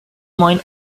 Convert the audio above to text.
mind